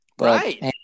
right